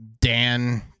Dan